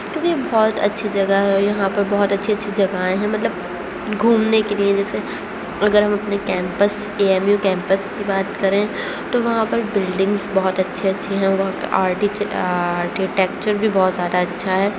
کیوںکہ بہت اچھی جگہ ہے یہاں پہ بہت اچھی اچھی جگہیں ہیں مطلب گھومنے کے لیے جیسے اگر ہم اپنے campus A M U campus کی بات کریں تو وہاں پر بلڈنگس بہت اچھے اچھے ہیں وہاں کی آرکیٹیکچر بھی بہت زیادہ اچھا ہے